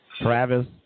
Travis